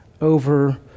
over